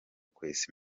kwesa